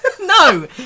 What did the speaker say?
No